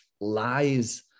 lies